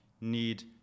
need